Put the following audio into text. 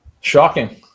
Shocking